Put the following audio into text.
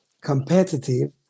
competitive